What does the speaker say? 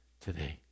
today